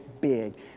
big